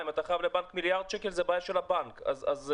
אם אתה חייב לבנק מיליארד שקל זו בעיה של הבנק.